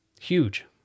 huge